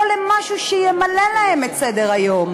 לא למשהו שימלא להם את סדר-היום.